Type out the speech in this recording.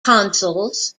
consuls